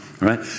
right